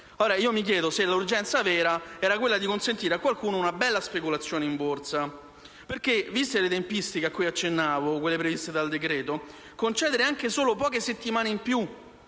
Ma io mi chiedo se l'urgenza sia quella di consentire a qualcuno una bella speculazione in Borsa. Viste le tempistiche cui accennavo, quelle previste dal decreto, concedere anche solo poche settimane in più